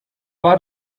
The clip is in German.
war